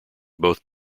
both